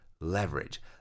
Leverage